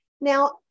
Now